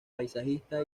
paisajista